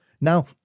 Now